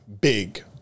big